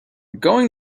going